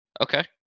Okay